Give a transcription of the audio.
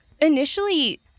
Initially